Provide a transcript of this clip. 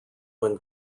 when